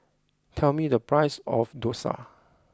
tell me the price of Dosa